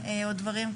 זו האחריות של